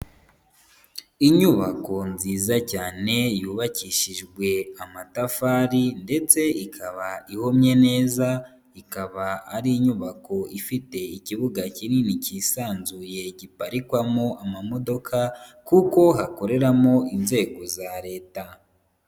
Inyubako nziza cyane yubakishijwe amatafari ndetse ikaba ihomye neza, ikaba ari inyubako ifite ikibuga kinini kisanzuye giparikwamo amamodoka kuko hakoreramo inzego za leta.